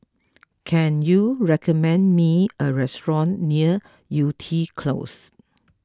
can you recommend me a restaurant near Yew Tee Close